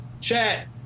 Chat